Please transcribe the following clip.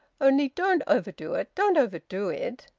only don't overdo it. don't overdo it!